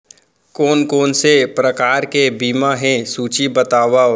कोन कोन से प्रकार के बीमा हे सूची बतावव?